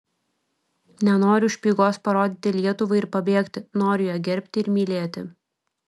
nenoriu špygos parodyti lietuvai ir pabėgti noriu ją gerbti ir mylėti